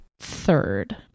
third